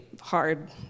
hard